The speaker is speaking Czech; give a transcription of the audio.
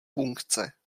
funkce